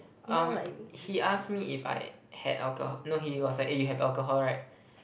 um he ask me if I had alcohol no he was like eh you have alcohol right